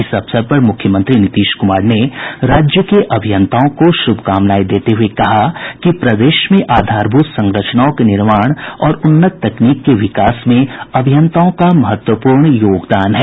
इस अवसर पर मुख्यमंत्री नीतीश कुमार ने राज्य के अभियंताओं को शुभकामनाएं देते हुए कहा कि प्रदेश में आधारभूत संरचनाओं के निर्माण और उन्नत तकनीक के विकास में अभियंताओं का महत्वपूर्ण योगदान है